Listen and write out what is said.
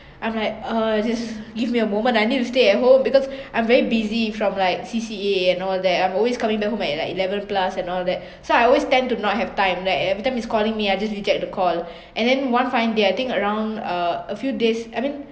I'm like um just give me a moment I need to stay at home because I'm very busy from like C_C_A and all that I'm always coming back home at like eleven plus and all that so I always tend do not have time like everytime he's calling me I just reject the call and then one fine day I think around uh a few days I mean